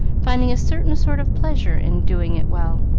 finding a certain sort of pleasure in doing it well,